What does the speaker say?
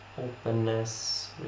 openness